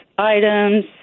Items